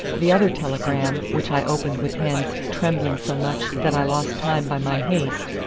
the other telegram, which i opened with hands trembling so much that i lost time by my haste,